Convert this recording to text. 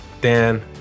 Dan